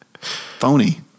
phony